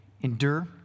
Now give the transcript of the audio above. endure